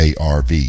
ARV